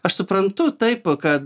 aš suprantu taip kad